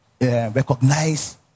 recognize